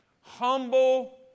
Humble